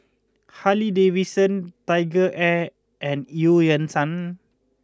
Harley Davidson TigerAir and Eu Yan Sang